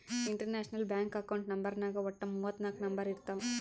international bank account ನಂಬರ್ನಾಗ್ ವಟ್ಟ ಮೂವತ್ ನಾಕ್ ನಂಬರ್ ಇರ್ತಾವ್